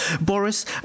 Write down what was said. Boris